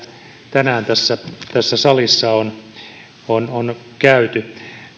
tänään tässä tässä salissa on on käyty